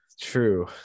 true